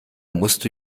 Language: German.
musste